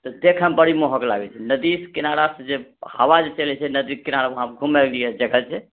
तऽ देखऽ मे बड़ी मोहक लागै छै नदी किनारासँ जे हवा जे चलै छै नदीके किनारा वहाँ घुमए लिए जगह छै